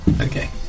Okay